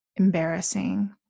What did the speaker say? Embarrassing